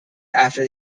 after